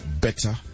better